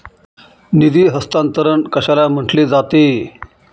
निधी हस्तांतरण कशाला म्हटले जाते?